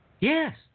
Yes